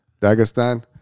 Dagestan